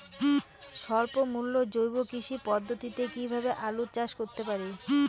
স্বল্প মূল্যে জৈব কৃষি পদ্ধতিতে কীভাবে আলুর চাষ করতে পারি?